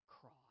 cross